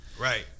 right